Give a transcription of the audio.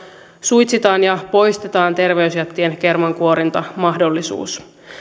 suitsitaan ja poistetaan terveysjättien kermankuorintamahdollisuus